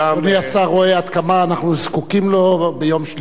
אדוני השר רואה עד כמה אנחנו זקוקים לו ביום שלישי.